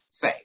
say